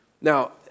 Now